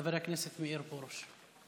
חבר הכנסת מאיר פרוש.